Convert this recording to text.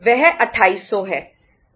वह 2800 है